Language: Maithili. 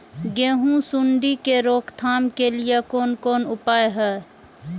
गेहूँ सुंडी के रोकथाम के लिये कोन कोन उपाय हय?